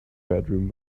bedroom